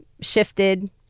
shifted